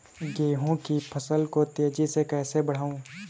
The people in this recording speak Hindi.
गेहूँ की फसल को तेजी से कैसे बढ़ाऊँ?